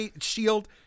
shield